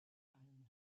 iron